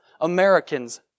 Americans